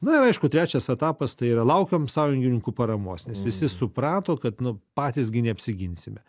na ir aišku trečias etapas tai yra laukiam sąjungininkų paramos nes visi suprato kad nu patys gi neapsiginsime